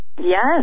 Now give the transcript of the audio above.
Yes